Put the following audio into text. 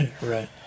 Right